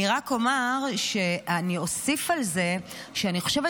אני רק אומר שאני אוסיף על זה שאני חושבת